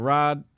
Rod